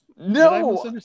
No